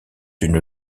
une